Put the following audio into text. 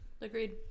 agreed